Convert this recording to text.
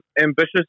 ambitious